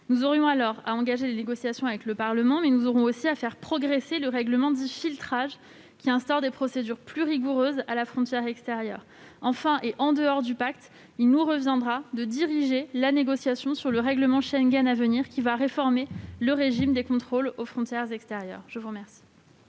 Nous aurons alors à engager des négociations avec le Parlement européen, mais aussi à faire progresser le règlement dit filtrage, qui instaure des procédures plus rigoureuses à la frontière extérieure. Enfin, en dehors du pacte, il nous reviendra de diriger la négociation sur le règlement Schengen à venir, appelé à réformer le régime des contrôles aux frontières extérieures. La parole